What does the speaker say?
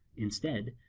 instead,